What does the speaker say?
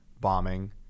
bombing